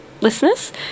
listeners